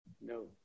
No